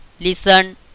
Listen